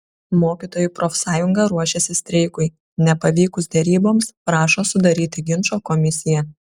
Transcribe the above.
mokytojų profsąjunga ruošiasi streikui nepavykus deryboms prašo sudaryti ginčo komisiją